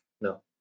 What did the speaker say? No